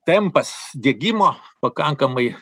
tempas dygimo pakankamai